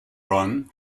run